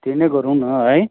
त्यही नै गरौँ न है